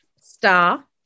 star